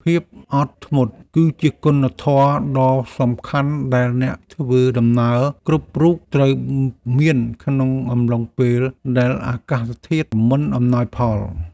ភាពអត់ធ្មត់ គឺជាគុណធម៌ដ៏សំខាន់ដែលអ្នកធ្វើដំណើរគ្រប់រូបត្រូវមានក្នុងអំឡុងពេលដែលអាកាសធាតុមិនអំណោយផល។